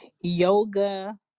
yoga